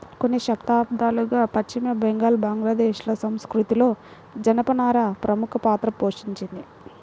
కొన్ని శతాబ్దాలుగా పశ్చిమ బెంగాల్, బంగ్లాదేశ్ ల సంస్కృతిలో జనపనార ప్రముఖ పాత్ర పోషించింది